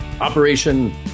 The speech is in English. Operation